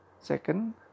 Second